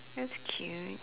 that's cute